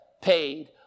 paid